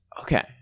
Okay